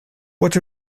what